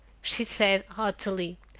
she said haughtily.